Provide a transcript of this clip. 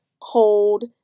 cold